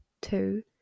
two